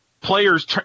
players